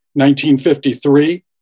1953